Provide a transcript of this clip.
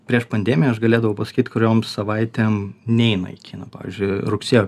prieš pandemiją aš galėdavau pasakyt kuriom savaitėm nei į kiną pavyzdžiui rugsėjo